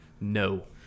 No